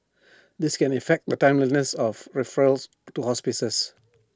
this can effect the timeliness of referrals to hospices